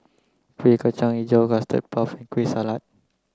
Kueh Kacang Hijau Custard Puff Kueh Salat